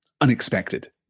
unexpected